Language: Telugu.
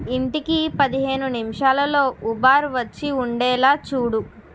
ఇంటికి పదిహేను నిమిషాలల్లో ఊబార్ వచ్చి ఉండేలా చూడు